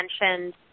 mentioned